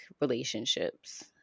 relationships